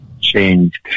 changed